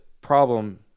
problem